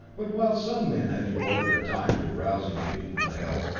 but, while some men had devoted their time to arousing the people to help,